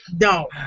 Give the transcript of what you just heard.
No